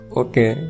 okay